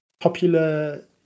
popular